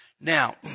Now